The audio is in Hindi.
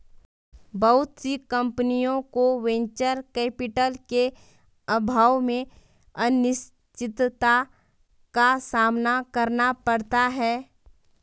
बहुत सी कम्पनियों को वेंचर कैपिटल के अभाव में अनिश्चितता का सामना करना पड़ता है